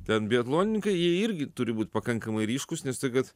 ten biatlonininkai jie irgi turi būt pakankamai ryškūs nes tai kad